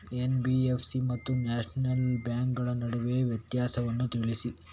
NBFC ಮತ್ತು nationalise ಬ್ಯಾಂಕುಗಳ ನಡುವಿನ ವ್ಯತ್ಯಾಸವನ್ನು ತಿಳಿಸಿ?